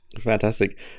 Fantastic